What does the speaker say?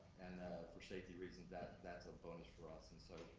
and for safety reasons, that's that's a bonus for us, and so,